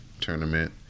tournament